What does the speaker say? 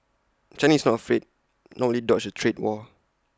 China is not afraid nor IT dodge A trade war